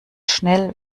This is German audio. schnell